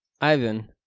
Ivan